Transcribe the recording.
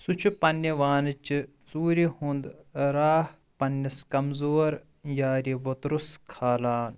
سُہ چھُ پنٛنہِ وانہٕ چہِ ژوٗرِ ہُند راہ پنٛنِس کمزور یارِ ووٚترُس کھالان